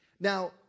Now